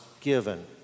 given